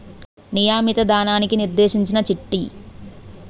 నియమిత ధనానికి నిర్దేశించిన చీటీ